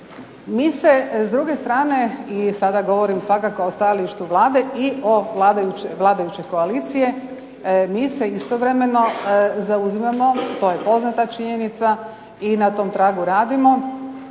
Mi se s druge strane i sada govorim o stajalištu Vlade i vladajuće koalicije, mi se istovremeno zauzimamo to je poznata činjenica i na tom tragu radimo,